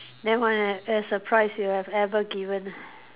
nevermind a a surprise you have ever given